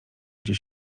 gdzie